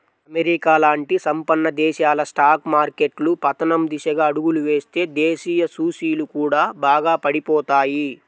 America లాంటి సంపన్న దేశాల స్టాక్ మార్కెట్లు పతనం దిశగా అడుగులు వేస్తే దేశీయ సూచీలు కూడా బాగా పడిపోతాయి